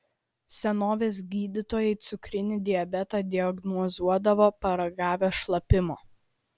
senovės gydytojai cukrinį diabetą diagnozuodavo paragavę šlapimo